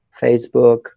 Facebook